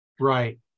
Right